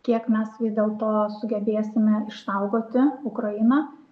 kiek mes vis dėlto sugebėsime išsaugoti ukrainą